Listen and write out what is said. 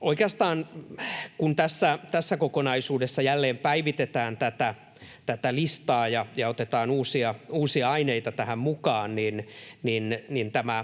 Oikeastaan, kun tässä kokonaisuudessa jälleen päivitetään tätä listaa ja otetaan uusia aineita tähän mukaan,